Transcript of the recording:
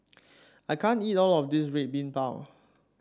I can't eat all of this Red Bean Bao